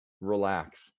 relax